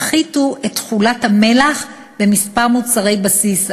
הפחיתו את תכולת המלח בכמה מוצרי בסיס,